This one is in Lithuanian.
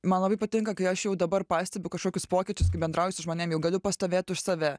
man labai patinka kai aš jau dabar pastebiu kažkokius pokyčius kai bendrauji su žmonėm jau galiu pastovėt už save